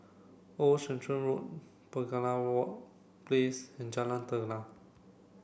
Old Sarum Road Penaga Walk Place and Jalan Telang